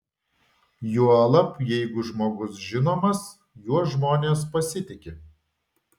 juolab jeigu žmogus žinomas juo žmonės pasitiki